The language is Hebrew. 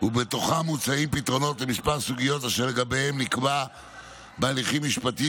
ובתוכם מוצעים פתרונות לכמה סוגיות אשר לגביהן נקבע בהליכים משפטיים